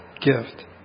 gift